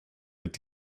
mit